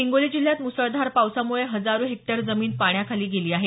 हिंगोली जिल्ह्यात म्सळधार पावसामुळे हजारो हेक्टर जमीन पाण्याखाली गेली आहे